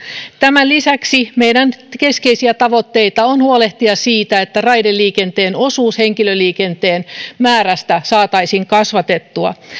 tämän lisäksi meidän keskeisiä tavoitteitamme on huolehtia siitä että raideliikenteen osuutta henkilöliikenteen määrästä saataisiin kasvatettua